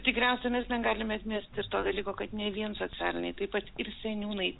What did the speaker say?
tikriausiai mes negalime atmesti ir to dalyko kad ne vien socialiniai taip pat ir seniūnai